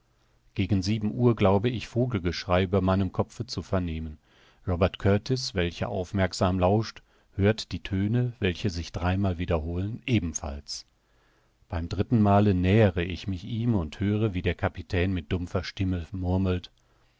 gegen sieben uhr glaube ich vogelgeschrei über meinem kopfe zu vernehmen robert kurtis welcher aufmerksam lauscht hört die töne welche sich dreimal wiederholen ebenfalls beim dritten male nähere ich mich ihm und höre wie der kapitän mit dumpfer stimme murmelt